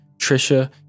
Trisha